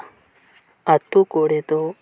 ᱟᱛᱳ ᱠᱚᱨᱮᱫᱚ